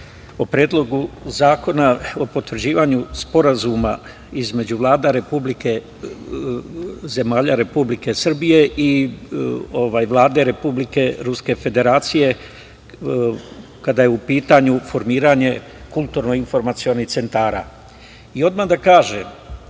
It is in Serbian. o Predlogu zakona o potvrđivanju Sporazuma između vlada zemalja Republike Srbije i Ruske Federacije kada je u pitanju formiranje kulturno-informacionih centara. Odmah da kažem